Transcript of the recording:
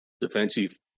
defensive